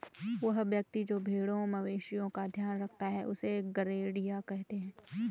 वह व्यक्ति जो भेड़ों मवेशिओं का ध्यान रखता है उससे गरेड़िया कहते हैं